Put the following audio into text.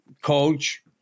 coach